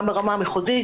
גם ברמה המחוזית,